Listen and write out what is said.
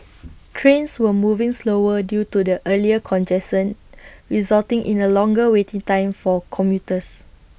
trains were moving slower due to the earlier congestion resulting in A longer waiting time for commuters